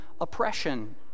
oppression